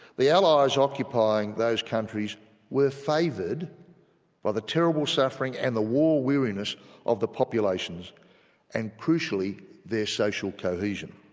the allies occupying those countries were favoured by the terrible suffering and the war weariness of the population's and crucially their social cohesion.